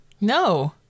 no